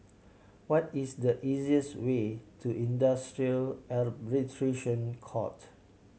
what is the easiest way to Industrial Court